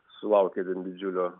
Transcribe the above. sulaukė ten didžiulio